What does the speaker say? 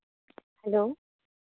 hello